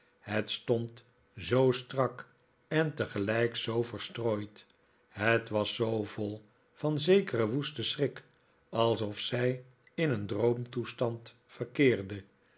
het stond zoo strak en tegelijk zoo verstrooid het was zoo vol van een zekeren woesten schrik alsof zij in een droomtoestand verkeerde